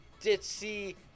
ditzy